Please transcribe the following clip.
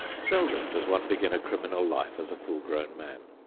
seldom does one begin a criminal life as a full-grown man.